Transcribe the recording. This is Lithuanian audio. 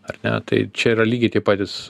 ar ne tai čia yra lygiai tie patys